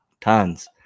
Tons